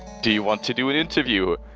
do you want to do an interview?